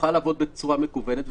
שיוכל לעבוד בצורה מקוונת.